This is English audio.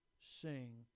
sing